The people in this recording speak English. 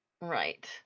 right